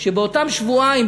שבאותם שבועיים,